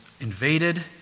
invaded